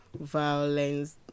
violence